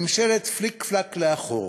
ממשלת פליק-פלאק לאחור,